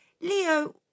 Leo